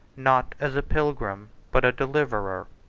not as a pilgrim, but a deliverer.